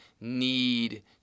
need